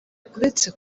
uretse